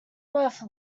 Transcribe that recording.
worth